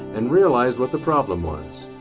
and realized what the problem was.